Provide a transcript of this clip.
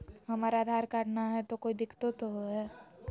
हमरा आधार कार्ड न हय, तो कोइ दिकतो हो तय?